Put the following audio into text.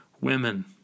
women